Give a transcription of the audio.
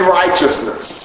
righteousness